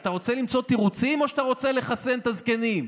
אתה רוצה למצוא תירוצים או שאתה רוצה לחסן את הזקנים?